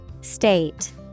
State